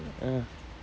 ah